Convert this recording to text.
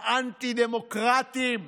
האנטי-דמוקרטיים,